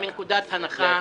אני רוצה לצאת מנקודת הנחה,